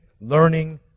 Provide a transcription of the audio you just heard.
learning